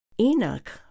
Enoch